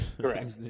Correct